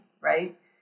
right